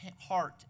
heart